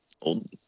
old